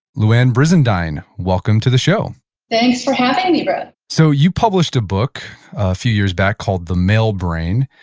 louann brizendine, welcome to the show thanks for having me brett so you published a book a few years back called, the male brain,